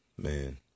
man